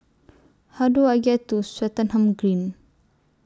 How Do I get to Swettenham Green